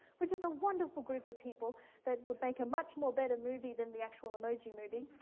which is a wonderful group of people that would make a much more better movie than the actual emoji movie,